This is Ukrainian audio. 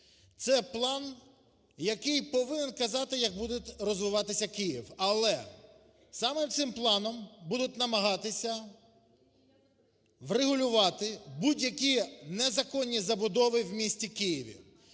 Це план, який повинен вказати, як буде розвиватися Київ, але саме цим планом будуть намагатися врегулювати будь-які незаконні забудови у місті Києві.